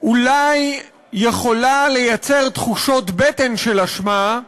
אולי יכולה לייצר תחושות בטן של אשמה,